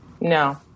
No